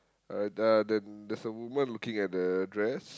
alright uh then there's a woman looking at the dress